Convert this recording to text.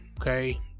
Okay